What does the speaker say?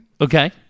Okay